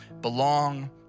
belong